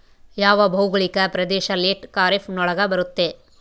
ಯಾವ ಭೌಗೋಳಿಕ ಪ್ರದೇಶ ಲೇಟ್ ಖಾರೇಫ್ ನೊಳಗ ಬರುತ್ತೆ?